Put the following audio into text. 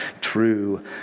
true